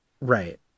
Right